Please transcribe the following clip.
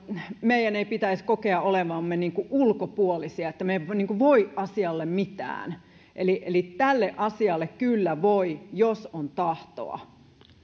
meidän ei pitäisi kokea olevamme ulkopuolisia ja että me emme voi asialle mitään tälle asialle kyllä voi jos on tahtoa